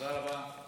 תודה רבה.